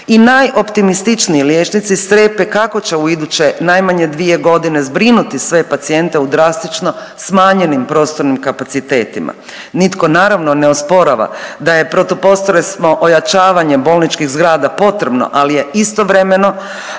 I najoptimističniji liječnici strepe kako će u iduće najmanje dvije godine brinuti sve pacijente u drastično smanjenim prostornim kapacitetima. Nitko naravno ne osporava da je protupotresno ojačavanje bolničkih zgrada potrebno, ali je istovremena